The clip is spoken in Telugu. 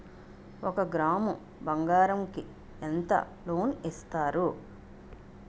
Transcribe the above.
ఒక గ్రాము బంగారం కి ఎంత లోన్ ఇస్తారు?